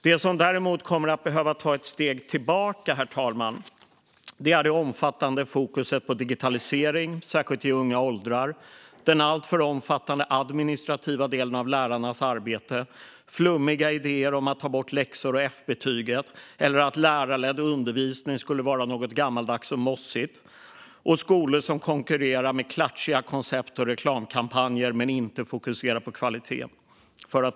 Det som däremot kommer att behöva ta ett steg tillbaka, herr talman, är det omfattande fokuset på digitalisering, särskilt i unga åldrar, den alltför omfattande administrativa delen av lärarnas arbete, flummiga idéer om att ta bort läxor och F-betyget eller att lärarledd undervisning skulle vara något gammaldags och mossigt samt skolor som konkurrerar med klatschiga koncept och reklamkampanjer men som inte fokuserar på kvalitet.